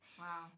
wow